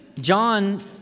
John